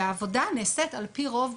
והעבודה נעשית על פי רוב,